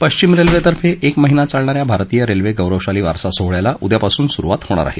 पश्चिम रेल्वेतर्फे एक महिना चालणा या भारतीय रेल्वे गौरवशाली वारसा सोहळ्याला उद्यापासून सुरुवात होणार आहे